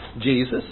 Jesus